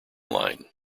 line